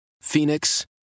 Phoenix